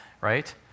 right